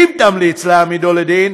אם תמליץ להעמידו לדין,